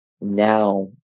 now